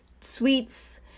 sweets